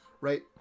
right